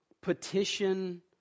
petition